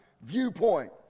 viewpoint